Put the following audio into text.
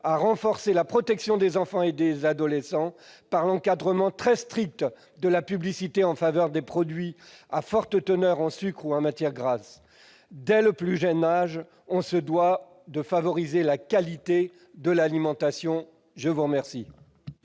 à renforcer la protection des enfants et des adolescents par l'encadrement très strict de la publicité en faveur des produits à forte teneur en sucres ou en matières grasses. On se doit de favoriser la qualité de l'alimentation de nos enfants